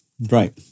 Right